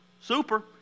Super